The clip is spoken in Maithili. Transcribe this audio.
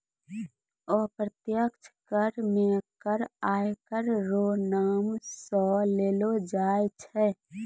अप्रत्यक्ष कर मे कर आयकर रो नाम सं लेलो जाय छै